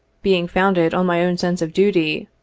being founded on my own sense of duty,